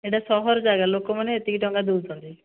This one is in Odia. ଏହିଟା ସହର ଯାଗା ଲୋକମାନେ ଏତିକି ଟଙ୍କା ଦେଉଛନ୍ତି